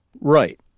Right